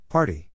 Party